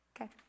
Okay